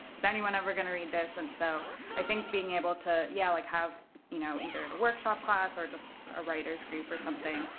is anyone ever going to read this? and so i think being able to, yeah, like have you know either in a workshop class or just a writers' group or something,